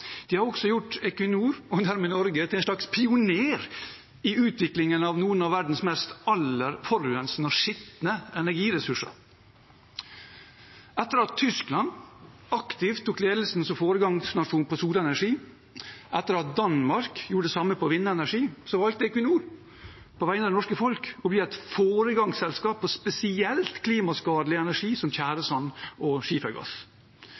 De har også gjort Equinor og dermed Norge til en slags pioner i utviklingen av noen av verdens aller mest forurensende og skitne energiressurser. Etter at Tyskland aktivt tok ledelsen som foregangsnasjon innen solenergi, og etter at Danmark gjorde det samme innen vindenergi, valgte Equinor – på vegne av det norske folk – å bli et foregangsselskap innen spesielt klimaskadelig energi som tjæresand og skifergass.